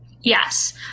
Yes